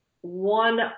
one